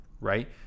Right